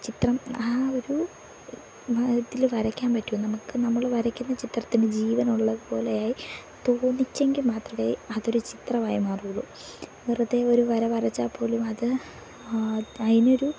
ചിത്രം ആ ഒരു മയത്തിൽ വരയ്ക്കാൻ പറ്റൂ നമുക്ക് നമ്മൾ വരക്കുന്ന ചിത്രത്തിന് ജീവൻ ഉള്ളത് പോലെ ആയി തോന്നിച്ചെങ്കിൽ മാത്രമേ അതൊരു ചിത്രമായി മാറുകയുള്ളു വെറുതെ ഒരു വര വരച്ചാൽ പോലും അത് അതിന് ഒരു